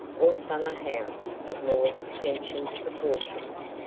or summer house of more pretentious proportions,